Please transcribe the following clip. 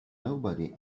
nobody